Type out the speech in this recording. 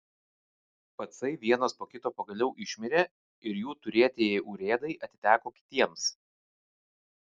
pacai vienas po kito pagaliau išmirė ir jų turėtieji urėdai atiteko kitiems